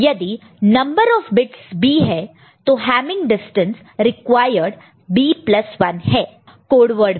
यदि number of bits b है तो हैमिंग डिस्टेंस रिक्वायर्ड b1 है कोड वर्ड में